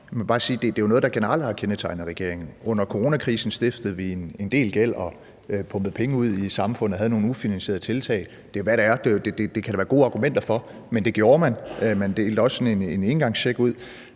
er noget, der har kendetegnet regeringen. Under coronakrisen stiftede vi en del gæld og pumpede penge ud i samfundet og havde nogle ufinansierede tiltag. Det er, hvad det er. Det kan der være gode argumenter for. Men det gjorde man. Man delte også sådan en engangscheck ud.